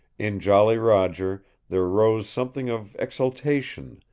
in jolly roger there rose something of exultation,